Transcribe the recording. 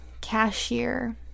cashier